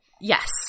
Yes